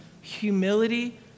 humility